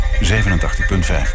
87.5